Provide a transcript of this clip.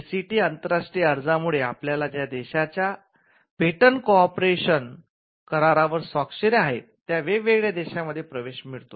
PCT आंतरराष्ट्रीय अर्जामुळे आपल्याला ज्या देशाच्या पेटंट कोऑपरेशन करारावर स्वाक्षरी आहेत त्या वेगवेगळ्या देशांमध्ये प्रवेश मिळतो